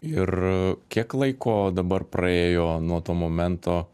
ir kiek laiko dabar praėjo nuo to momento